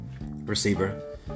receiver